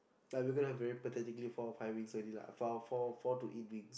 but we're gonna have very pathetically four or five wings only lah four four four to eight wings